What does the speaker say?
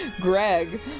Greg